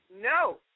No